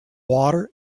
water